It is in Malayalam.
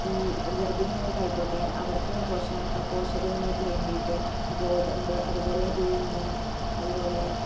ഈ ഗർഭിണികൾക്കായിക്കോട്ടെ അവർക്കുള്ള പോഷകങ്ങൾക്ക് വേണ്ടീട്ട് ഗോതമ്പ് അതുപോലെ ഉഴുന്ന് അതുപോലെ